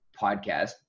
podcast